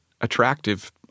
attractive